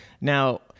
Now